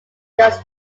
does